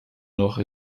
noch